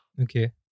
Okay